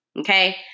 Okay